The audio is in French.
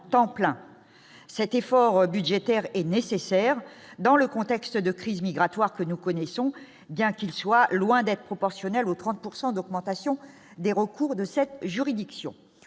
temps plein cet effort budgétaire est nécessaire dans le contexte de crise migratoire que nous connaissons bien qu'il soit loin d'être proportionnelle aux 30 pourcent d'augmentation des recours de cette juridiction,